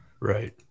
Right